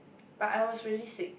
but I was really sick